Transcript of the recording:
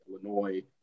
Illinois